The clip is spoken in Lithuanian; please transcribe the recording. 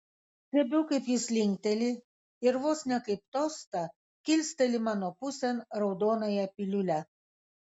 stebiu kaip jis linkteli ir vos ne kaip tostą kilsteli mano pusėn raudonąją piliulę